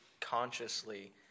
consciously